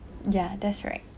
ya that's right